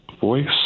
voice